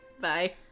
bye